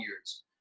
years